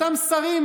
אותם שרים,